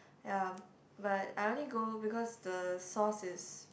ya but I only go because the sauce is